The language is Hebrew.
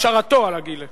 השארתו על הגיל.